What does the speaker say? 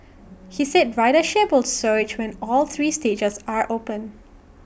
he said ridership will surge when all three stages are open